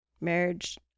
marriage